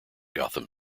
gotham